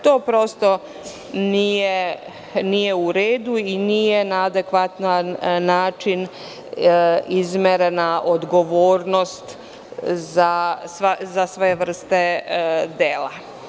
To prosto nije u redu i nije na adekvatan način izmerena odgovornost za sve vrste dela.